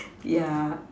yeah